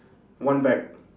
one bag